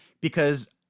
because-